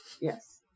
Yes